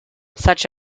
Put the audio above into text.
such